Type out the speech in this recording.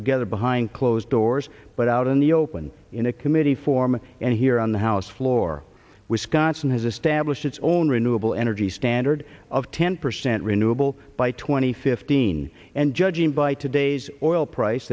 together behind closed doors but out in the open in a committee form and here on the house floor wisconsin has established its own renewable energy standard of ten percent renewable by twenty fifteen and judging by today's oil price